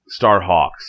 Starhawks